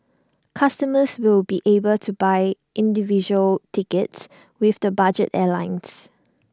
customers will be able to buy individual tickets with the budget airlines